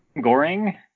goring